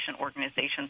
organizations